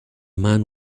man